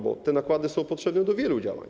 Bo te nakłady są potrzebne do wielu działań.